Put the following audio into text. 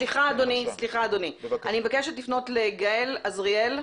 אני מבקשת לפנות לגאל אזריאל,